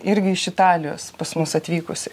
irgi iš italijos pas mus atvykusi